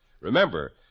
Remember